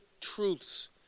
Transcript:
truths